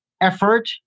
effort